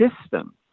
system